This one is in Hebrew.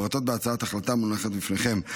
ומפורטות בהצעת ההחלטה המונחת בפניכם.